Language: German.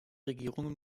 regierungen